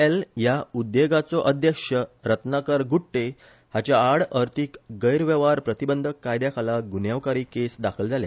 एल ह्या उद्देगाचो अध्यक्ष रत्नाकर गुट्टे हाच्या आड अर्थिक गैरव्यव्हार प्रतिबंधक कायद्याखाला गुन्यावकारी केस दाखल जाल्या